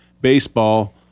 baseball